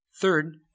Third